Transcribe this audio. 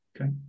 okay